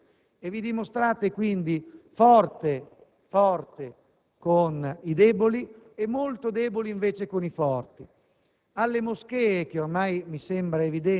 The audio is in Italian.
andate a tosare sempre gli stessi e vi dimostrate, quindi, forti con i deboli e molto deboli, invece, con i forti.